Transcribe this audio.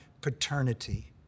paternity